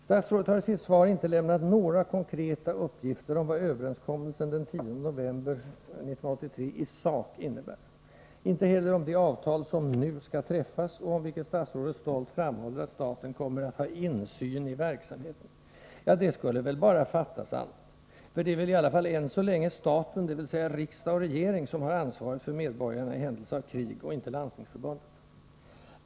Statsrådet har i sitt svar inte lämnat några konkreta uppgifter om vad ”överenskommelsen” av den 10 november 1983 i sak innebär, inte heller om det ”avtal”, som ”nu” skall träffas, och om vilket statsrådet stolt framhåller att ”staten kommer att ha insyn i verksamheten”. Ja, det skulle väl bara fattas annat! För det är väl i alla fall än så länge staten, dvs. riksdag och regering, som har ansvaret för medborgarna i händelse av krig, inte Landstingsförbundet.